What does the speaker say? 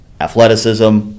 athleticism